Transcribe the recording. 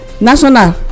national